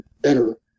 better